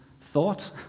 thought